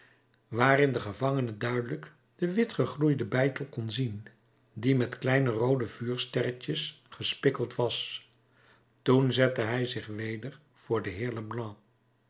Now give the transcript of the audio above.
waarin de gevangene duidelijk den wit gegloeiden beitel kon zien die met kleine roode vuursterretjes gespikkeld was toen zette hij zich weder voor den